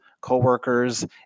co-workers